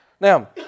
Now